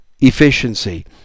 efficiency